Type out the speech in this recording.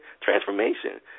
Transformation